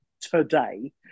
today